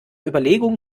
überlegung